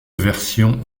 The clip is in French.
version